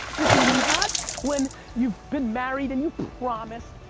this is not when you've been married and you promised.